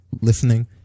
listening